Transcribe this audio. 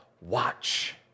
watch